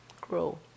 grow